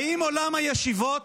האם עולם הישיבות